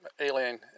alien